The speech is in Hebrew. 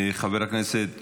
חבר הכנסת שוסטר,